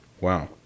Wow